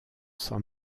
san